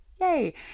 Yay